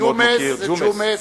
ג'ומס זה ג'ומס,